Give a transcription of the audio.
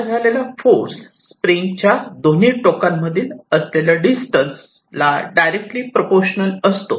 तयार झालेला फोर्स स्प्रिंगच्या दोन्ही टोकांमधील असलेलं डिस्टन्स ला डायरेक्टली प्रपोशनल असतो